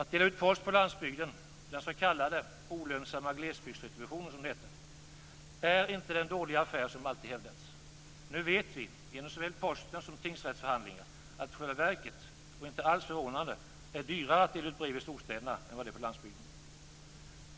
Att dela ut post på landsbygden, den s.k. olönsamma glesbygdsdistributionen, är inte den dåliga affär som alltid har hävdats.